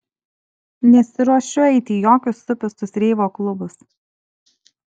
nesiruošiu eiti į jokius supistus reivo klubus